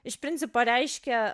iš principo reiškia